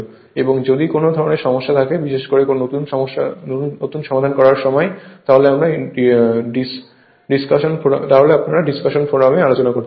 এবং যদি কোন ধরণের সমস্যা থাকে বিশেষ করে নতুন সমাধান করার সময় তাহলে আপনারা ডিসকাশন ফোরামে আলোচনা করতে পারেন